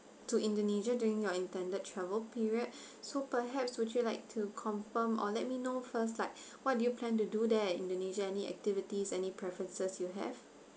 to indonesia during your intended travel period so perhaps would you like to confirm or let me know first like what do you plan to do there indonesia any activities any preferences you have